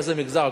איזה מגזר,